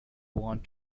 want